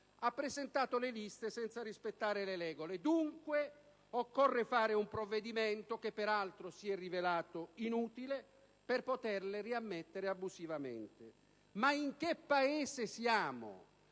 ha presentato le liste senza rispettare le regole. Dunque, occorre fare un provvedimento, che peraltro si è rivelato inutile, per poterle riammettere abusivamente. Ma in che Paese siamo?